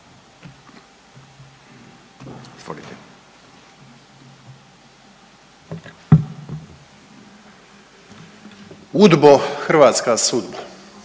Udbo hrvatska sudbo,